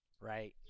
right